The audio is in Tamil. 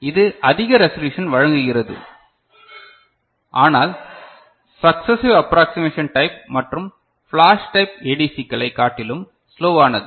இது அதிக ரெசலுசன் வழங்குகிறது ஆனால் சக்ஸஸிவ் அப்ராக்சிமேஷன் டைப் மற்றும் ஃபிளாஷ் டைப் ஏடிசிக்களை காட்டிலும் ஸ்லோவானது